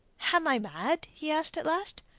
am i mad? he asked at last.